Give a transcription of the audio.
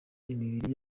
imibiri